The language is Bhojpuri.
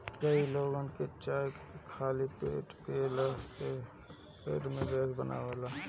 कई लोग के चाय खाली पेटे पियला से पेट में गैस बने लागेला